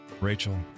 Rachel